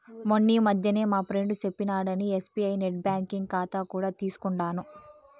మొన్నీ మధ్యనే మా ఫ్రెండు సెప్పినాడని ఎస్బీఐ నెట్ బ్యాంకింగ్ కాతా కూడా తీసుకుండాను